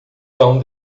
pão